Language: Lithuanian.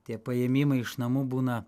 tie paėmimai iš namų būna